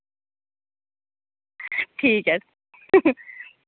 ठीक ऐ